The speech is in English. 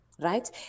right